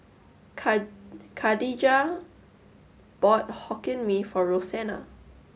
Khadijah bought Hokkien Mee for Rosena